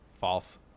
False